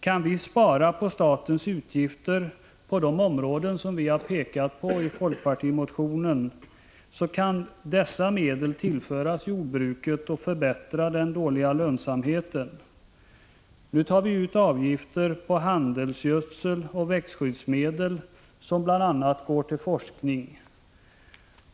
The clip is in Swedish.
Kan vi spara på statens utgifter på de områden vi har pekat på i folkpartimotionen kan dessa medel tillföras jordbruket och förbättra den dåliga lönsamheten. Nu tar vi ut avgifter på handelsgödsel och växtskyddsmedel, och dessa pengar går bl.a. till forskning.